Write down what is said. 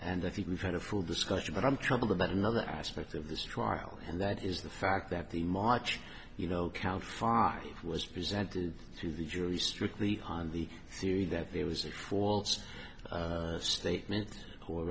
and i think we've had a full discussion but i'm troubled about another aspect of this trial and that is the fact that the march you know count five was presented to the jury strictly on the theory that there was a false statement